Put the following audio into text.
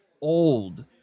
old